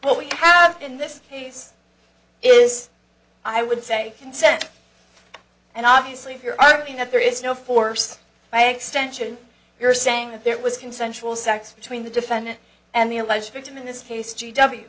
what we have in this case is i would say consent and obviously if you're arguing that there is no force by extension you're saying that there was consensual sex between the defendant and the alleged victim in this case g